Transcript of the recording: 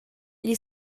gli